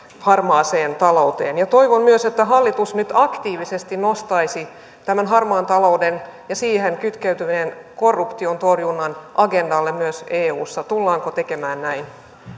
harmaaseen talouteen toivon myös että hallitus nyt aktiivisesti nostaisi tämän harmaan talouden ja siihen kytkeytyvän korruption torjunnan agendalle myös eussa tullaanko tekemään näin